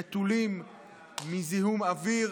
נטולי זיהום אוויר,